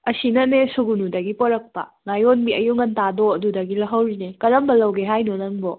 ꯑꯁꯤꯅꯅꯦ ꯁꯨꯒꯅꯨꯗꯒꯤ ꯄꯨꯔꯛꯄ ꯉꯥꯌꯣꯟꯕꯤ ꯑꯌꯨꯛ ꯉꯟꯇꯥꯗꯣ ꯑꯗꯨꯗꯒꯤ ꯂꯧꯍꯧꯔꯤꯅꯦ ꯀꯔꯝꯕ ꯂꯧꯒꯦ ꯍꯥꯏꯅꯣ ꯅꯪꯕꯣ